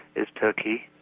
is turkey,